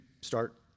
start